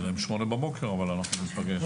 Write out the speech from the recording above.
לא יודע אם 08:00 בבוקר, אבל אנחנו ניפגש.